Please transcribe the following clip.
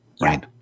Right